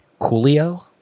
Coolio